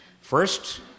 First